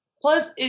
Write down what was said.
Plus